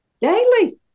Daily